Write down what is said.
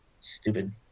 stupid